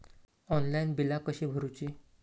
Online बिला कशी भरूची?